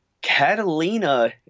Catalina